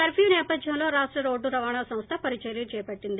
కర్న్నా సేపధ్యంలో రాష్ట రోడ్డు రవాణా సంస్థ పలు చర్యలు చేపట్లింది